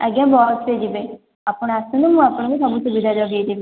ଆଜ୍ଞା ବସରେ ଯିବେ ଆପଣ ଆସନ୍ତୁ ମୁଁ ଆପଣଙ୍କୁ ସବୁ ସୁବିଧା ଯୋଗେଇଦେବି